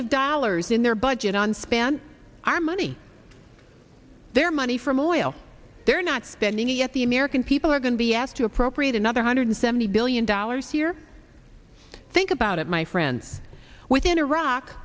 of dollars in their budget on span our money their money from oil they're not spending it yet the american people are going to be asked to appropriate another hundred seventy billion dollars here think about it my friend within iraq